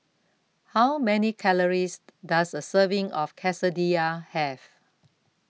How Many Calories Does A Serving of Quesadillas Have